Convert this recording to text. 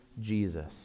Jesus